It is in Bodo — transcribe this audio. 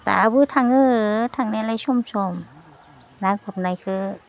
दाबो थाङो थांनायालाय सम सम ना गुरनायखो